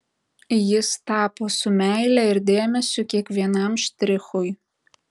jis tapo su meile ir dėmesiu kiekvienam štrichui